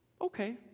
Okay